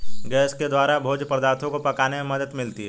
gas के द्वारा भोज्य पदार्थो को पकाने में मदद मिलती है